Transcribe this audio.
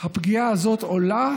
הפגיעה הזאת עולה